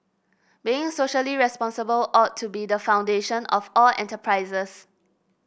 being socially responsible ought to be the foundation of all enterprises